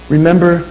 Remember